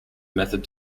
method